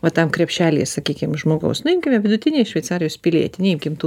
va tam krepšelyje sakykim žmogaus na imkime vidutinį šveicarijos pilietinį neimkim tų